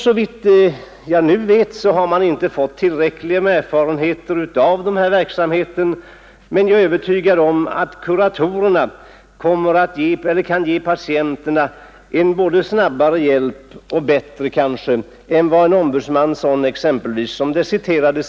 Såvitt jag nu vet har man inte fått tillräckliga erfarenheter av verksamheten, men jag är övertygad om att kuratorerna kan ge patienterna både snabbare och kanske bättre hjälp än en sådan ombudsman som funnits vid exempelvis Mölndals lasarett.